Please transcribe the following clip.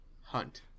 Hunt